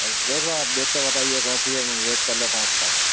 اب دیکھ لو آپ دیکھ کر بتائیے یہ کون سی ہے میں ویٹ کر لیتا ہوں اُس کا